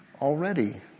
already